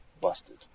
Busted